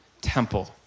temple